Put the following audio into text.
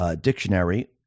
dictionary